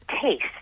taste